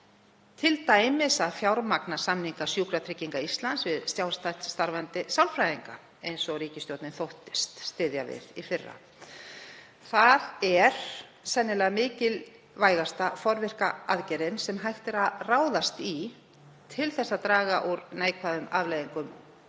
t.d. að fjármagna samninga Sjúkratrygginga Íslands við sjálfstætt starfandi sálfræðinga, eins og ríkisstjórnin þóttist styðja við í fyrra. Það er sennilega mikilvægasta forvirka aðgerðin sem hægt er að ráðast í til að draga úr neikvæðum afleiðingum